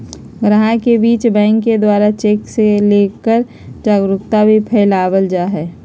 गाहक के बीच बैंक के द्वारा चेक के लेकर जागरूकता भी फैलावल जा है